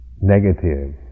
negative